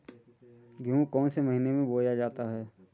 गेहूँ कौन से महीने में बोया जाता है?